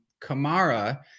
Kamara